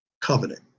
covenant